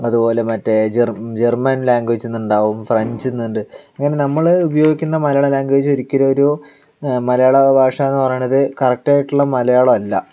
അതുപോലെ മറ്റേ ജർ ജർമ ലാംഗ്വേജിൽ നിന്നുണ്ടാകും ഫ്രഞ്ചിൽ നിന്നുണ്ട് ഇങ്ങനെ നമ്മൾ ഉപയോഗിക്കുന്ന മലയാള ലാംഗ്വേജ് ഒരിക്കലും ഒരു മലയാള ഭാഷയെന്ന് പറയണത് കറക്റ്റ് ആയിട്ടുള്ള മലയാളം അല്ല